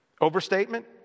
overstatement